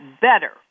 better